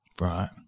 Right